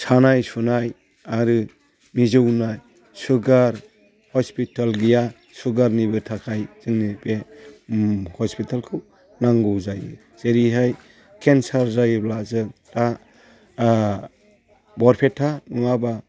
सानाय सुनाय आरो मिजौनाय सुगार हस्पिटाल गैया सुगारनिबो थाखाय जोंनि बे हस्पिटालखौ नांगौ जायो जेरैहाय केन्सार जायोब्ला जों दा बरपेटा नङाब्ला